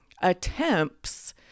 attempts